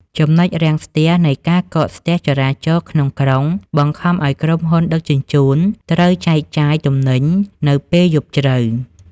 ចំណុចរាំងស្ទះនៃ "ការកកស្ទះចរាចរណ៍ក្នុងក្រុង" បង្ខំឱ្យក្រុមហ៊ុនដឹកជញ្ជូនត្រូវចែកចាយទំនិញនៅពេលយប់ជ្រៅ។